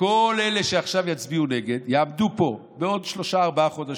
שכל אלה שעכשיו יצביעו נגד יעמדו פה בעוד שלושה-ארבעה חודשים,